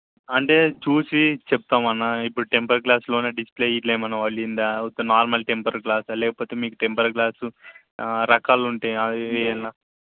అంటే చూసి చెప్తామన్న ఇప్పుడు టెంపర్ గ్లాస్లోనే డిస్ప్లే ఇట్ల ఏమన్నా పగిలిందా లేకపోతే నార్మల్ టెంపర్ గ్లాసా లేకపోతే మీ టెంపర్ గ్లాసు రకాలుంటాయి అవి ఇవి ఏవన్నా